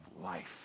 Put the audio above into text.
life